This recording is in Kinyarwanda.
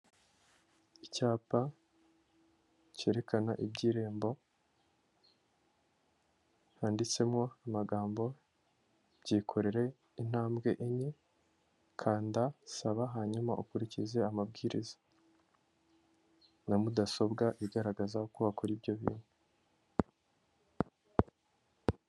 Icyapa cyerekana iby'Irembo, handitsemo amagambo byikorere intambwe enye, kanda, saba hanyuma ukurikize amabwiriza, na mudasobwa igaragaza uko wakora ibyo bintu.